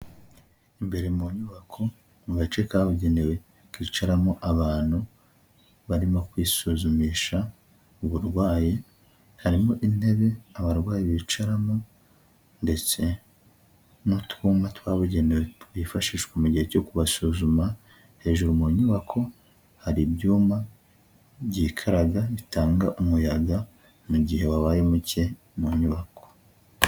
Imbere mu nyubako, mu gace kabugenewe kicaramo abantu barimo kwisuzumisha uburwayi, harimo intebe abarwayi bicaramo ndetse n'utwuma twabugenewe twifashishwa mu gihe cyo kubasuzuma, hejuru mu nyubako hari ibyuma byikaraga bitanga umuyaga mu gihe babaye muke mu nyubako.